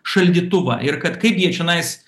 šaldytuvą ir kad kaip jie čionais